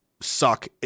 suck